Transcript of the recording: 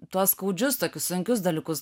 tuos skaudžius tokius sunkius dalykus